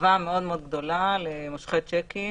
הטבה מאוד מאוד גדולה למושכי שיקים